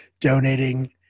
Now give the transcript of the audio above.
donating